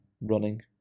running